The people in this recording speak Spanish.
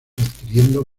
adquiriendo